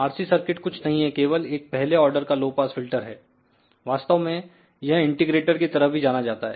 RC circuit कुछ नहीं है केवल एक पहले आर्डर का लो पास फिल्टर है वास्तव में यह इंटीग्रेटर की तरह भी जाना जाता है